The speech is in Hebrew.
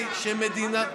אתם הורסים את הדמוקרטיה.